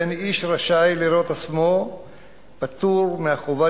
ואין איש רשאי לראות עצמו פטור מהחובה